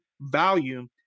value